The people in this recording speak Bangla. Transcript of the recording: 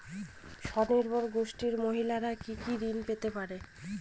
স্বনির্ভর গোষ্ঠীর মহিলারা কি কি ঋণ পেতে পারে?